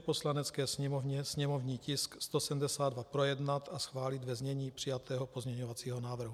Poslanecké sněmovně sněmovní tisk 172 projednat a schválit ve znění přijatého pozměňovacího návrhu.